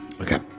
Okay